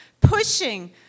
pushing